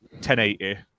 1080